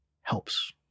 helps